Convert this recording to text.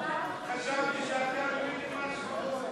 450,000. חשבתי שאתה מבין משהו.